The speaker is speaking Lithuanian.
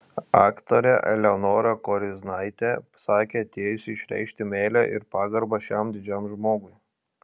aktorė eleonora koriznaitė sakė atėjusi išreikšti meilę ir pagarbą šiam didžiam žmogui